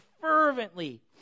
fervently